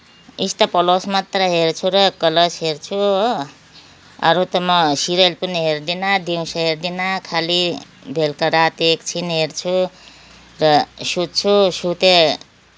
star Plus मात्रै हेर्छु र कलर्स हेर्छु हो अरू त म सिरियल पनि हेर्दिनँ दिउँसो हेर्दिनँ खाली बेलुका राति एकछिन हेर्छु र सुत्छु सुते